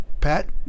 Pat